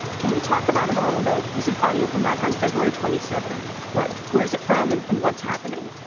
can we talk about it a little bit? this is audio from back on february twenty seven. right. where's it from? and and what's happening?